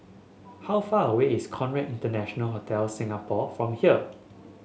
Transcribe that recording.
how far away is Conrad International Hotel Singapore from here